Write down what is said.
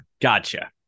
gotcha